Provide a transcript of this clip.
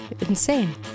insane